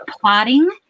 plotting